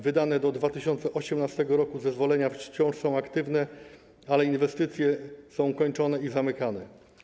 Wydane do 2018 r. zezwolenia wciąż są aktywne, ale inwestycje są kończone i zamykane.